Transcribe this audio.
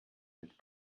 mit